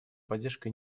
поддержкой